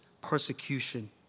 persecution